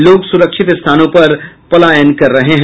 लोग सुरक्षित स्थानों पर पलायन कर रहे हैं